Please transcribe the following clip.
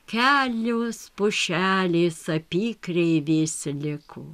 kelios pušelės apykreivės liko